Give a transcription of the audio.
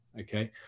okay